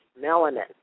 melanin